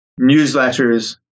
newsletters